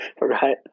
Right